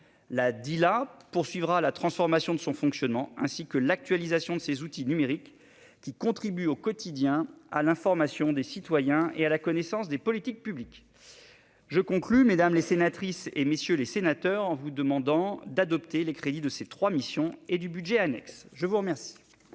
La Dila poursuivra la transformation de son fonctionnement et l'actualisation de ses outils numériques, qui contribuent au quotidien à l'information des citoyens et à la connaissance des politiques publiques. Je conclurai, mesdames les sénatrices, messieurs les sénateurs, en vous demandant d'adopter les crédits de ces trois missions et du budget annexe. Mes chers